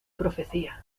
profecía